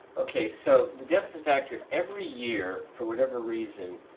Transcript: okay. so, the deficit factor every year, for whatever reason,